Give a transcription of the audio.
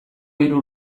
hiru